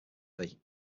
fee